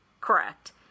Correct